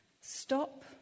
stop